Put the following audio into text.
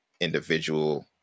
individual